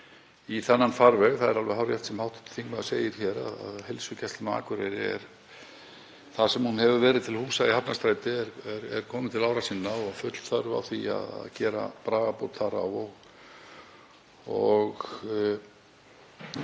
í þennan farveg. Það er alveg hárrétt sem hv. þingmaður segir að heilsugæslan á Akureyri, þar sem hún hefur verið til húsa í Hafnarstræti, er komin til ára sinna og full þörf á því að gera bragarbót þar á.